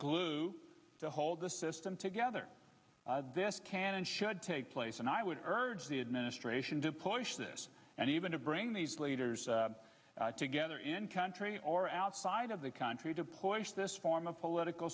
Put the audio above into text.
glue to hold the system together this can and should take place and i would urge the administration to push this and even to bring these leaders together in country or outside of the country to push this form a political